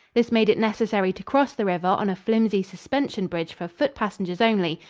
this made it necessary to cross the river on a flimsy suspension bridge for foot-passengers only,